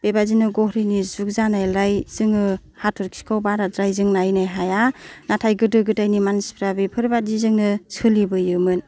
बेबादिनो घरिनि जुग जानायलाय जोङो हाथरखिखौ बारद्राय जों नायनो हाया नाथाय गोदो गोदायनि मानसिफ्रा बेफोर बादिजोंनो सोलिबोयोमोन